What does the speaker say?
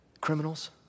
Criminals